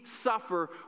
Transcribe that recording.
suffer